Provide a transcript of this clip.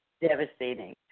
devastating